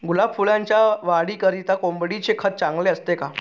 गुलाब फुलाच्या वाढीकरिता कोंबडीचे खत चांगले असते का?